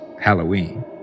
Halloween